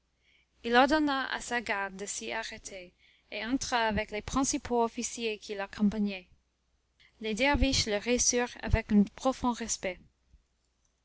il ordonna à sa garde de s'y arrêter et entra avec les principaux officiers qui l'accompagnaient les derviches le reçurent avec un profond respect